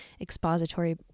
expository